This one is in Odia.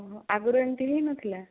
ଆଗରୁ ଏମିତି ହେଇନଥିଲା